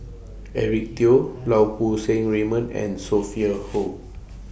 Eric Teo Lau Poo Seng Raymond and Sophia Hull